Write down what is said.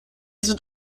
sind